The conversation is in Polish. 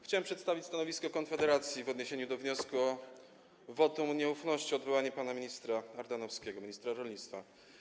Chciałem przedstawić stanowisko Konfederacji w odniesieniu do wniosku o wotum nieufności wobec pana ministra Ardanowskiego, ministra rolnictwa.